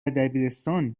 دبیرستان